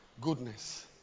goodness